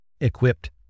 equipped